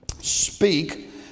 Speak